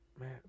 man